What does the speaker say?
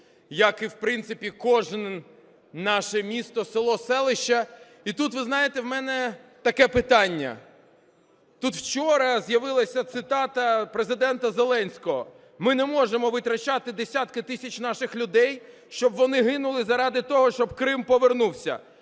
як і, в принципі, кожне наше місто, село, селище. І тут, ви знаєте, в мене таке питання. Тут вчора з'явилася цитата Президента Зеленського: "Ми не можемо витрачати десятки тисяч наших людей, щоб вони гинули заради того, щоб Крим повернувся,